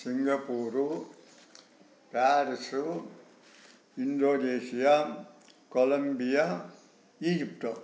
Singapore Paris Indonesia Columbia Egypt